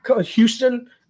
Houston